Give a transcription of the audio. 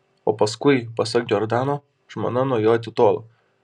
o paskui pasak džordano žmona nuo jo atitolo